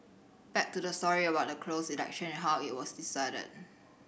back to the story about the closed election and how it was decided